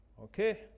Okay